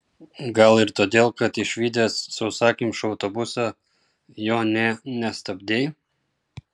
gal ir todėl kad išvydęs sausakimšą autobusą jo nė nestabdei